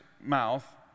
mouth